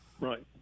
Right